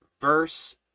verse